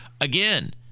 Again